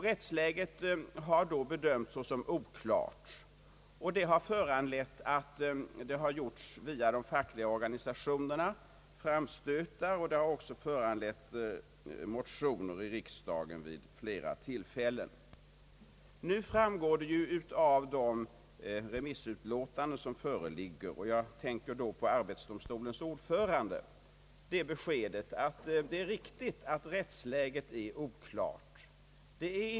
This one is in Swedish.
Rättsläget har bedömts såsom oklart, och detta har föranlett framstötar via de fackliga organisationerna och föran lett motioner i riksdagen vid flera tillfällen. Det framgår av remissuttalandet av arbetsdomstolens ordförande det beskedet att rättsläget är oklart.